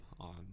on